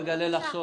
אגלה לך סוד,